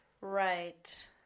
Right